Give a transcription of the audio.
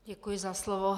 Děkuji za slovo.